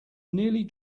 nearly